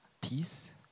peace